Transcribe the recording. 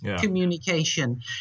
communication